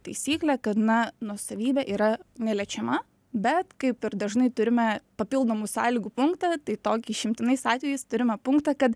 taisyklę kad na nuosavybė yra neliečiama bet kaip ir dažnai turime papildomų sąlygų punktą tai tokį išimtinais atvejais turimą punktą kad